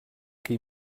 que